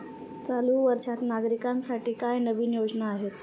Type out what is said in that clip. चालू वर्षात नागरिकांसाठी काय नवीन योजना आहेत?